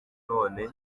none